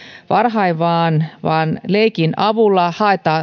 varhain vaan vaan leikin avulla